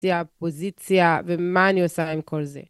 פוזיציה, ומה אני עושה עם כל זה.